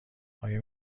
آیا